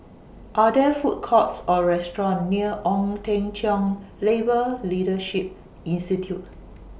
Are There Food Courts Or restaurants near Ong Teng Cheong Labour Leadership Institute